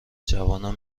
جوانان